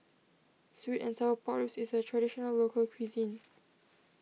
Sweet and Sour Pork Ribs is a Traditional Local Cuisine